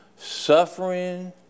suffering